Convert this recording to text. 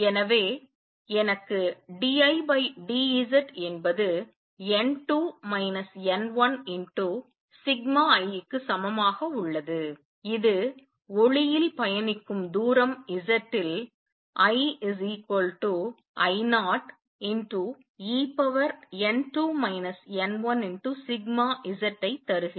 எனவே எனக்கு d I d Z என்பது n2 n1σI க்கு சமமாக உள்ளது இது ஒளியில் பயணிக்கும் தூரம் Zல் I I0en2 n1σZ ஐ தருகிறது